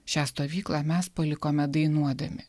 šią stovyklą mes palikome dainuodami